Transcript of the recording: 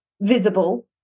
visible